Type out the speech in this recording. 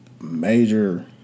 major